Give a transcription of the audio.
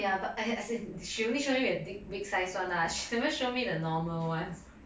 ya but I as in she only show me the big big size [one] ya she never show me the normal ones